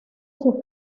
sus